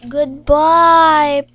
Goodbye